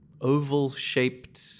oval-shaped